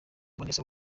vanessa